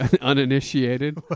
uninitiated